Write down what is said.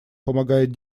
помогает